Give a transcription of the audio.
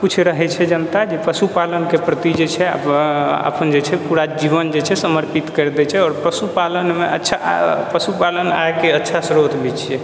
कुछ रहै छै जनता जे पशुपालनके प्रति जे छै अपन जे छै पूरा जीवन जे छै समर्पित कैर दै छै आओर पशुपालनमे अच्छा पशुपालन आयके अच्छा स्रोत भी छियै